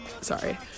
sorry